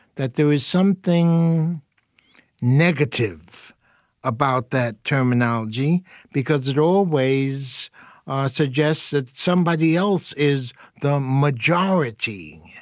that there is something negative about that terminology because it always suggests that somebody else is the majority.